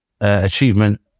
achievement